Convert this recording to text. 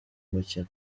umukino